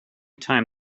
time